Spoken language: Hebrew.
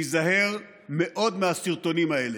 להיזהר מאוד מהסרטונים האלה.